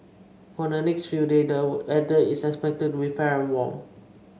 for the next few day the weather is expected to be fair and warm